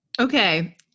Okay